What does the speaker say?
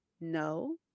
No